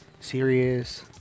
serious